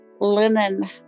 linen